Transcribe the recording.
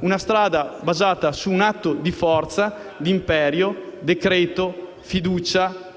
opposta, basata su un atto di forza, di imperio (decreto-legge, fiducia), lasciando